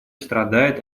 страдает